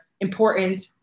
important